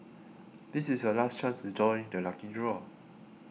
this is your last chance to join the lucky draw